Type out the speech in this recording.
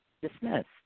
dismissed